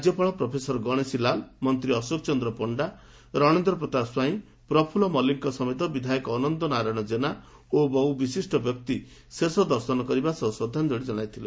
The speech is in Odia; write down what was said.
ରାଜ୍ୟପାଳ ପ୍ରଫେସର ଗଣେଶୀ ଲାଲ୍ ମନ୍ତୀ ଅଶୋକଚନ୍ଦ୍ର ପଣ୍ତା ରଣେନ୍ଦ୍ର ପ୍ରତାପ ସ୍ୱାଇଁ ପ୍ରଫୁଲ୍ଲ ମଲ୍ଲିକଙ୍ଙ ସମେତ ବିଧାୟକ ଅନନ୍ତ ନାରାୟଣ ଜେନା ଓ ବହୁ ବିଶିଷ୍ ବ୍ୟକ୍ତି ଶେଷ ଦର୍ଶନ କରିବା ସହ ଶ୍ରଦ୍ବାଞଳି ଜଶାଇଥିଲେ